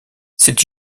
c’est